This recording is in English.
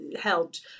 helped